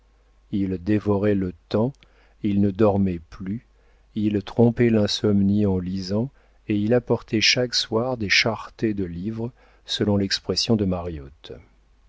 il dévorait le temps il ne dormait plus il trompait l'insomnie en lisant et il apportait chaque soir des charretées de livres selon l'expression de mariotte